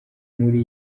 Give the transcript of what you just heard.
muri